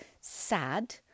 sad